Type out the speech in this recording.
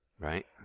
Right